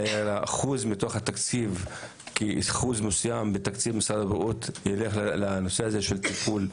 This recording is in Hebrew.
אלא יהיה אחוז מסוים בתקציב משרד הבריאות שילך לנושא הזה של טיפול,